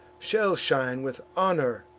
shall shine with honor,